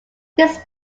his